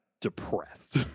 depressed